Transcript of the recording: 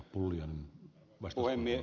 arvoisa puhemies